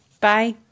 Bye